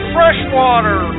Freshwater